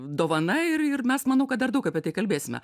dovana ir mes manau kad dar daug apie tai kalbėsime